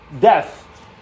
death